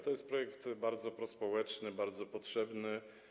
To jest projekt bardzo prospołeczny, bardzo potrzebny.